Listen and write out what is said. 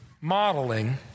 modeling